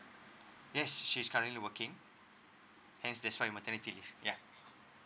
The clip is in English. yes she's currently working and that's why with maternity leave ya